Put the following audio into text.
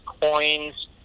coins